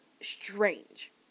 strange